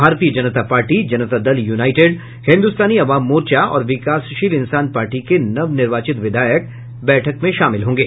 भारतीय Janata party Janata Dal United Hindustani Awam Morcha और Vikassheel Insaan party के नवनिर्वाचित विधायक बैठक में शामिल होंगे